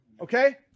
Okay